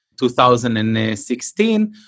2016